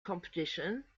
competition